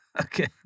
Okay